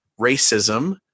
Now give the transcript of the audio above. racism